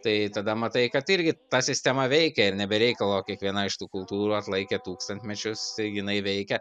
tai tada matai kad irgi ta sistema veikia ir ne be reikalo kiekviena iš tų kultūrų atlaikė tūkstantmečius tai jinai veikia